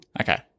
okay